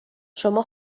شما